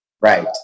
Right